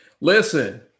Listen